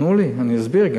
תנו לי, אני אסביר.